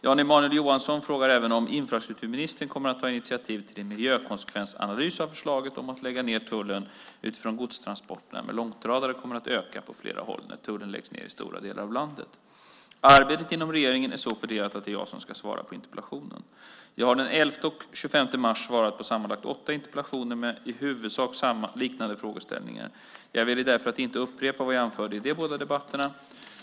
Jan Emanuel Johansson frågar även om infrastrukturministern kommer att ta initiativ till en miljökonsekvensanalys av förslaget om att lägga ned tullen utifrån att godstransporterna med långtradare kommer att öka på flera håll när tullen läggs ned i stora delar av landet. Arbetet inom regeringen är så fördelat att det är jag som ska svara på interpellationen. Jag har den 11 och 25 mars 2008 svarat på sammanlagt åtta interpellationer med i huvudsak liknande frågeställningar. Jag väljer därför att inte upprepa vad jag anförde i de båda debatterna.